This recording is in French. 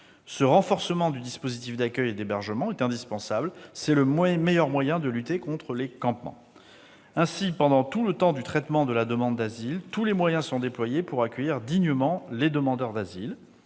Ce renforcement du dispositif d'accueil et d'hébergement est indispensable : c'est le meilleur moyen de lutter contre les campements. Aussi, pendant tout le temps du traitement de la demande d'asile, tous les moyens seront déployés pour accueillir dignement les demandeurs d'asile.